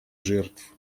жертв